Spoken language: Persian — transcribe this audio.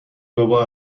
بابا